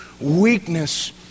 weakness